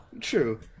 True